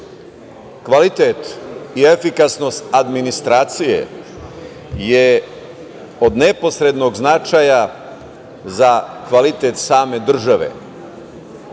kvalitet i efikasnost administracije je od neposrednog značaja za kvalitet same države,